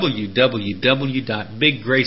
www.biggrace.com